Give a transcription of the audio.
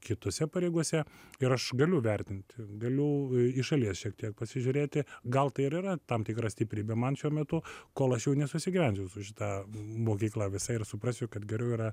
kitose pareigose ir aš galiu vertinti galiu iš šalies šiek tiek pasižiūrėti gal tai ir yra tam tikra stiprybė man šiuo metu kol aš jau nesusigyvensiu su šita mokykla visa ir suprasiu kad geriau yra